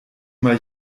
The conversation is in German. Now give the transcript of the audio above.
mal